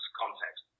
context